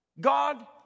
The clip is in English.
God